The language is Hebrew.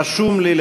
רשום לי,